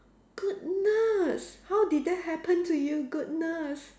goodness how did that happen to you goodness